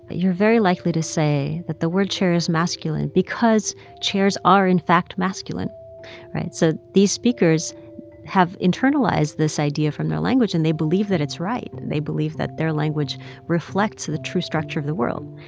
ah you're very likely to say that the word chair is masculine because chairs are, in fact, masculine right, so these speakers have internalized this idea from their language, and they believe that it's right. they believe that their language reflects the true structure of the world.